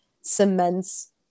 cements